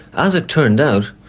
as it turned out,